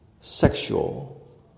sexual